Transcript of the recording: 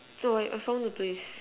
so I I found the place